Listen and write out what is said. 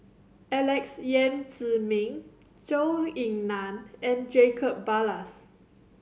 Alex Yam Ziming Zhou Ying Nan and Jacob Ballas